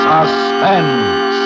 Suspense